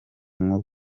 nko